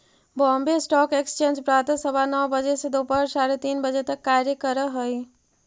Bombay stock exchange प्रातः सवा नौ बजे से दोपहर साढ़े तीन तक कार्य करऽ हइ